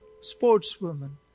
sportswoman